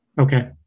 okay